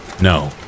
No